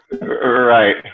Right